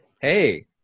Hey